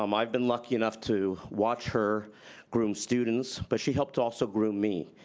um i've been lucky enough to watch her groom students, but she helped also groom me.